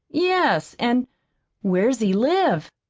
yes. and where's he live?